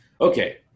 Okay